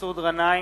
מסעוד גנאים,